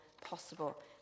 possible